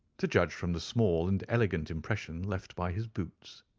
to judge from the small and elegant impression left by his boots.